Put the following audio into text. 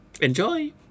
Enjoy